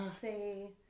say